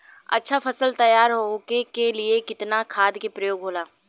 अच्छा फसल तैयार होके के लिए कितना खाद के प्रयोग होला?